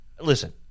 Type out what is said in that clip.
Listen